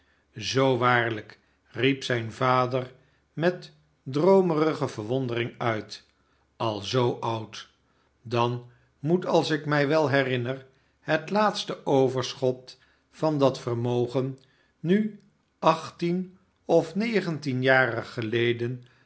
zoo waarlijk riep zijn vader met droomerige verwondering uit al zoo oud dan moet als ik mij wel herinner het laatste overschot van dat vermogen nu achttien of negentien jaren geleden